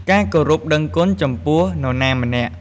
ការគោរពដឹងគុណចំពោះនរណាម្នាក់។